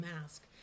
mask